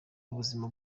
ubuzima